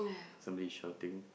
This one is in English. somebody is shouting